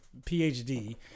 PhD